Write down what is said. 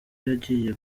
yagiye